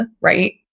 right